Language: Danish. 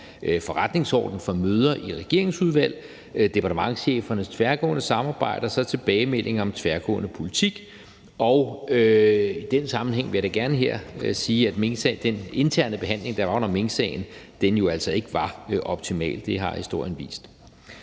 forretningsordenen for møder i regeringsudvalg, departementschefernes tværgående samarbejde og tilbagemelding om tværgående politik. I den sammenhæng vil jeg da gerne her sige, at den interne behandling, der var under minksagen, jo altså ikke var optimal. Det har historien vist.